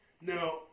Now